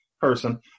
Person